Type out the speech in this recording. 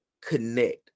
connect